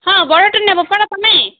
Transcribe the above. ହଁ ବଡ଼ଟା ନେବ ପରା ତୁମେ